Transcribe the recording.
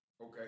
Okay